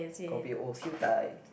kopi O siew-dai